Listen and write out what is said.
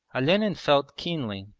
olenin felt keenly,